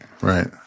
Right